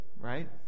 right